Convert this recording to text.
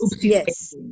Yes